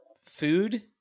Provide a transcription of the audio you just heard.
food